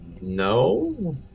No